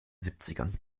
siebzigern